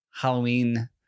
Halloween